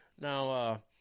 Now